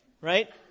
right